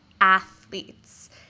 athletes